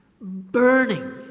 Burning